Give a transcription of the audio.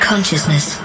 Consciousness